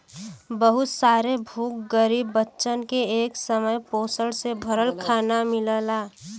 बहुत सारे भूखे गरीब बच्चन के एक समय पोषण से भरल खाना मिलला